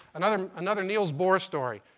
another another niels bohr story.